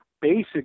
basic